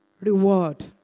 reward